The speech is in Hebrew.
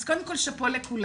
אז קודם כל, שאפו לכולנו.